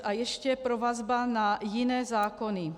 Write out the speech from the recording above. A ještě provazba na jiné zákony.